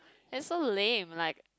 that's so lame like